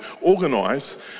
organise